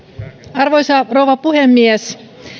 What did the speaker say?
arvoisa rouva puhemies